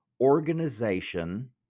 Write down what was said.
organization